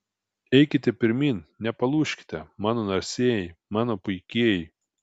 eikite pirmyn nepalūžkite mano narsieji mano puikieji